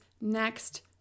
next